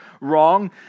wrong